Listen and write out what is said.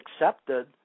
accepted